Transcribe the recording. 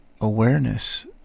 awareness